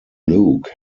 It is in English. luke